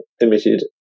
emitted